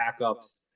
backups